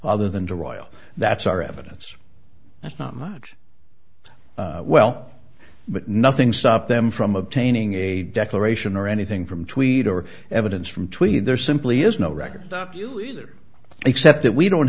other than to roil that's our evidence that's not much well but nothing stopped them from obtaining a declaration or anything from tweed or evidence from tweed there simply is no record stop you either except that we don't